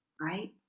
right